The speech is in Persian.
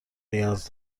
نیاز